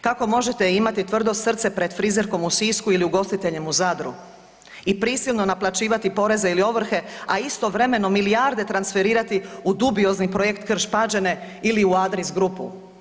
Kako možete imati tvrdo srce pred frizerkom u Sisku ili ugostiteljem u Zadru i prisilno naplaćivati poreze ili ovrhe, a istovremeno milijarde transferirati u dubiozni projekt Krš-Pađene ili u Adris grupu.